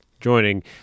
joining